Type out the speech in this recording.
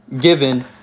given